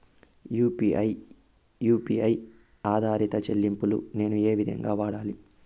UPI U P I ఆధారిత చెల్లింపులు నేను ఏ విధంగా వాడాలి?